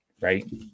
Right